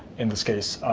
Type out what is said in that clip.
in this case,